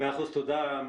תודה.